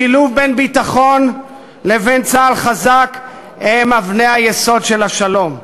שילוב בין ביטחון לבין צה"ל חזק הוא אבן היסוד של השלום.